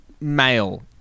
Male